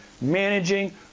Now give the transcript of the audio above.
managing